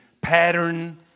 pattern